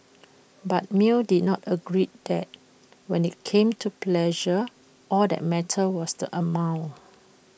but mill did not agree that when IT came to pleasure all that mattered was the amount